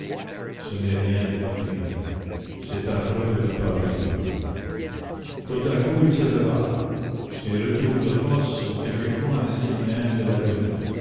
ce n'est rien de mourir c'est affreux de ne pas vivre tout à coup il se leva ces retours de force sont quelquefois un signe même de l'agonie